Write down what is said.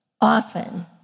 often